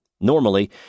Normally